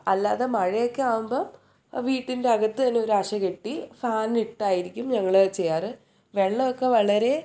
അല്ലാതെ മഴയൊക്കെ ആകുമ്പോൾ വീടിൻ്റെ അകത്തു തന്നെ ഒരഴ കെട്ടി ഫാനിട്ടായിരിക്കും ഞങ്ങൾ ചെയ്യാറ് വെള്ളമൊക്കെ വളരെ